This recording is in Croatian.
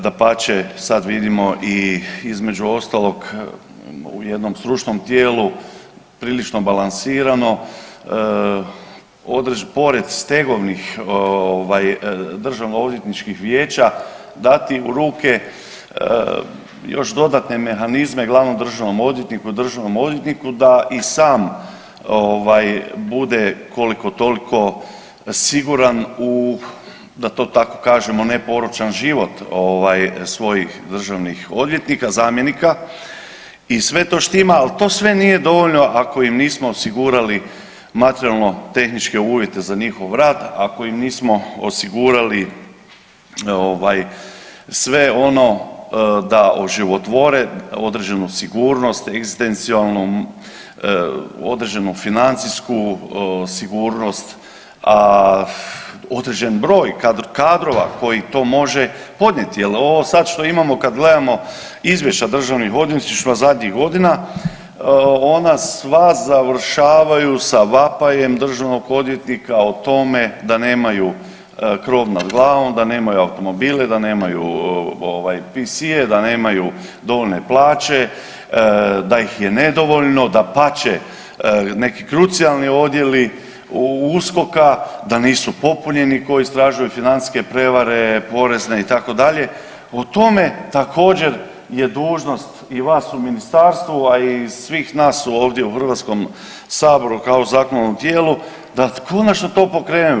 Dapače, sad vidimo i između ostalog u jednom stručnom tijelu prilično balansirano pored stegovnih ovaj državno odvjetničkih vijeća dati u ruke još dodatne mehanizme glavnom državnom odvjetniku i državnom odvjetniku da i sam ovaj bude koliko toliko siguran u da to tako kažem ne poročan život ovaj svojih državnih odvjetnika i zamjenika i sve to štima, al to sve nije dovoljno ako im nismo osigurali materijalno tehničke uvjete za njihov rad, ako im nismo osigurali ovaj sve ono da oživotvore određenu sigurnost, egzistencijalnu, određenu financijsku sigurnost, a određen broj kadrova koji to može podnijeti jel ovo sad što imamo kad gledamo izvješća državnih odvjetništava zadnjih godina ona sva završavaju sa vapajem državnog odvjetnika o tome da nemaju krov nad glavom, da nemaju automobile, da nemaju ovaj PC, da nemaju dovoljne plaće, da ih je nedovoljno, dapače neki krucijalni odjeli USKOK-a da nisu popunjeni koji istražuju financijske prevare, porezne itd., o tome također je dužnost i vas u ministarstvu, a i svih nas ovdje u HS kao zakonodavnom tijelu da konačno to pokrenemo.